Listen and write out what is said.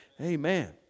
Amen